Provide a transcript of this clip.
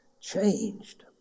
Changed